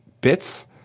bits